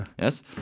yes